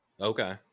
okay